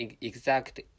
exact